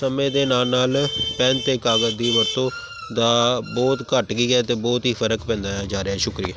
ਸਮੇਂ ਦੇ ਨਾਲ ਨਾਲ ਪੈੱਨ ਅਤੇ ਕਾਗਜ਼ ਦੀ ਵਰਤੋਂ ਦਾ ਬਹੁਤ ਘੱਟ ਗਈ ਹੈ ਅਤੇ ਬਹੁਤ ਹੀ ਫਰਕ ਪੈਂਦਾ ਜਾ ਰਿਹਾ ਸ਼ੁਕਰੀਆ